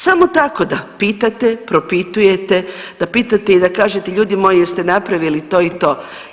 Samo tako da pitate, propitujete, da pitate i da kažete ljudi moji jeste napravili to i to.